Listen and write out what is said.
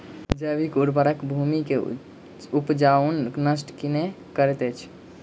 जैविक उर्वरक भूमि के उपजाऊपन नष्ट नै करैत अछि